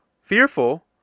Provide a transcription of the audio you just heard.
fearful